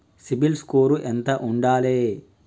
CIBIL score ఎంత ఉండాలే?